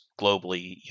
globally